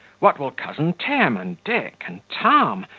what will cousin tim, and dick, and tom,